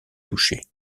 touché